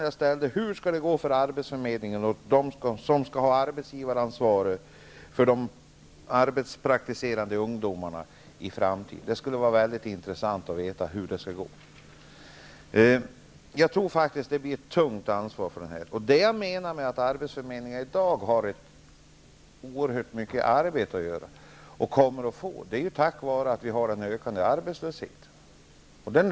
Jag frågade: Hur skall det gå för arbetsförmedlingen och för dem som skall ha arbetsgivaransvaret för de arbetspraktiserande ungdomarna i framtiden? Det vore väldigt intressant att få ett besked på den punkten. Jag tror faktiskt att ansvaret blir tungt. Jag menar att arbetsförmedlingarna i dag har oerhört mycket att göra och så kommer det att vara framöver också. Det beror på den ökande arbetslösheten.